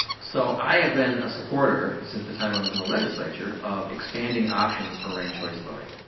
so, i have been a supporter since the time i was in the legislature of expanding options for ranked choice voting.